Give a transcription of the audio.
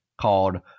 called